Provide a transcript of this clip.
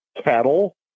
cattle